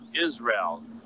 Israel